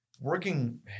working